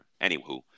Anywho